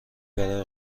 برای